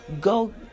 go